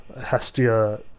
Hestia